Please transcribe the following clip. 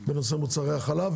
בנושא מוצרי החלב,